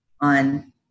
on